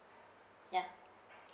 yup